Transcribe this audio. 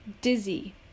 dizzy